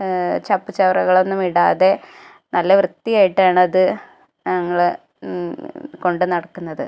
ചപ്പു ചവറുകളൊന്നും ഇടാതെ നല്ല വൃത്തിയായിട്ടാണ് അത് ഞങ്ങൾ കൊണ്ട് നടക്കുന്നത്